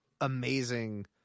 amazing